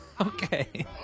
Okay